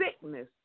sickness